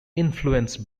influenced